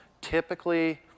Typically